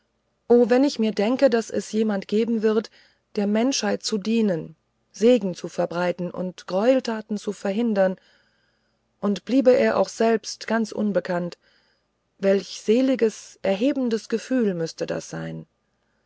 wenn ich mir denke daß es jemand gegeben wird der menschheit zu dienen segen zu verbreiten und greueltaten zu verhindern und bliebe er auch dabei selber ganz unbekannt welch seliges erhebendes gefühl müßte das sein